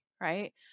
right